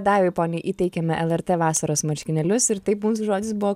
daivai poniai įteikėme lrt vasaros marškinėlius ir taip mūsų žodis buvo